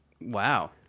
Wow